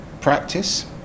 practice